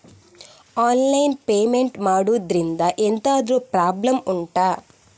online payment ಮಾಡುದ್ರಿಂದ ಎಂತಾದ್ರೂ problem ಉಂಟಾ